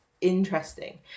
interesting